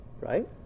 right